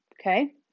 Okay